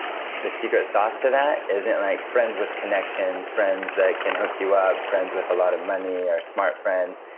the secret sauce to that isn't like friends with connections, friends that can hook you up, friends with a lot of money or smart friends.